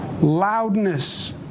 Loudness